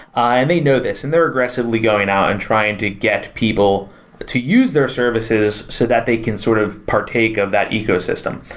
and they know this, and they're aggressively going out and trying to get people to use their services so that they can sort of partake of that ecosystem.